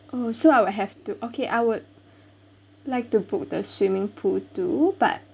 oh so I'll have to okay I would like to book the swimming pool too but